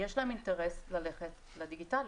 יש להם אינטרס ללכת לדיגיטלי.